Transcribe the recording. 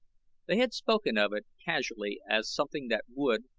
they had spoken of it casually as something that would,